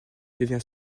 devient